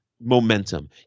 momentum